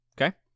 Okay